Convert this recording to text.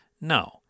No